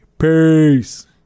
Peace